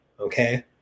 Okay